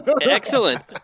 Excellent